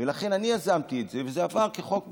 ולכן אני יזמתי את זה, וזה עבר כחוק בכנסת,